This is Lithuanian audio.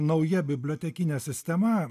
nauja bibliotekinė sistema